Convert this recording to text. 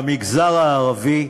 במגזר הערבי,